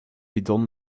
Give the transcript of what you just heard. bidon